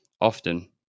Often